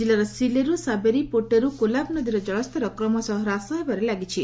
ଜିଲ୍ଲାର ସିଲେରୁ ସାବେରୀ ପୋଟେରୁ କୋଲାବ ନଦୀର ଚଳସ୍ତର କ୍ରମଶଃ ହ୍ରାସ ହେବାରେ ଲାଗିଛି